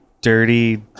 dirty